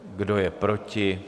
Kdo je proti?